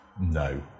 no